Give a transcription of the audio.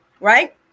right